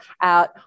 out